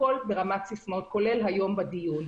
הכול ברמת סיסמאות, כולל היום בדיון.